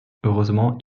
heureusement